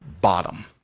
bottom